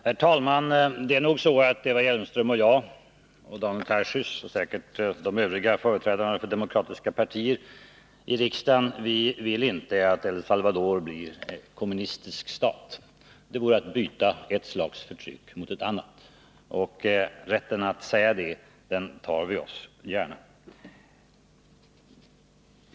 Herr talman! Det är nog så, Eva Hjelmström, att jag och Daniel Tarschys — och säkert de övriga företrädarna för demokratiska partier i riksdagen — inte vill att El Salvador blir en kommunistisk stat. Det vore att byta ett slags förtryck mot ett annat. Rätten att säga det har vi.